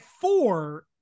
four